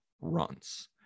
runs